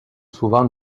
souvent